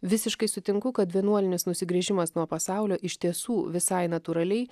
visiškai sutinku kad vienuolinis nusigręžimas nuo pasaulio iš tiesų visai natūraliai